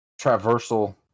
traversal